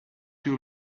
your